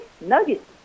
Nuggets